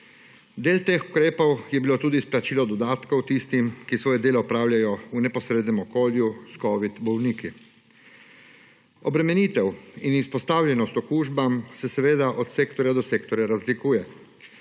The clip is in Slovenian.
Del teh ukrepov je bilo tudi izplačilo dodatkov tistim, ki svoje delo opravljajo v neposrednem okolju s covid bolniki. Obremenitev in izpostavljenost okužbam se seveda od sektorja do sektorja razlikuje,